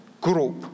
group